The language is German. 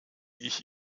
ich